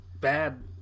bad